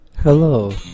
Hello